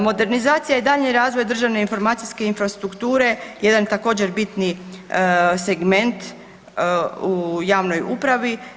Modernizacija i daljnji razvoj državne informacijske infrastrukture jedan također bitni segment u javnoj upravi.